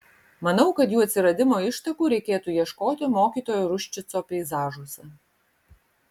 manau kad jų atsiradimo ištakų reikėtų ieškoti mokytojo ruščico peizažuose